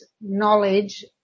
knowledge